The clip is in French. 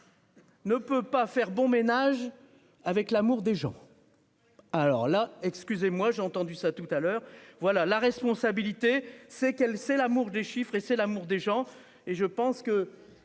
Ne peut pas faire bon ménage avec l'amour des gens. Alors là, excusez-moi, j'ai entendu ça tout à l'heure. Voilà la responsabilité c'est qu'elle c'est l'amour des chiffres et c'est l'amour des gens et je pense que.